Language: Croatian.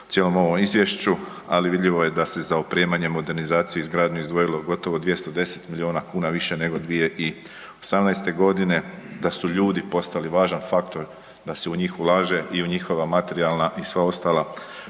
u cijelom ovom Izvješću, ali vidljivo je da se za opremanje, modernizaciju i izgradnju izdvojilo gotovo 210 milijuna kuna više nego 2018. g., da su ljudi postali važan faktor da se u njih ulaže i u njihova materijalna i sva ostala